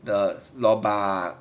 the stebak